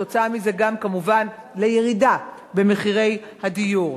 וכתוצאה מזה גם כמובן לירידה במחירי הדיור.